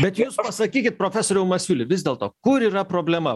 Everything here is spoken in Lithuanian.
bet jūs pasakykit profesoriau masiuli vis dėlto kur yra problema